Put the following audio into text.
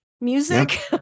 music